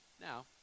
Now